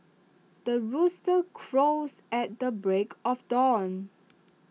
the rooster crows at the break of dawn